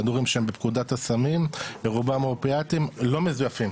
כדורים שהם בפקודת הסמים ורובם אופיאטים לא מזויפים,